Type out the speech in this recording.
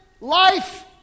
life